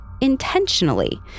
intentionally